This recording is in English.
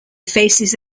faces